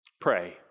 Pray